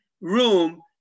room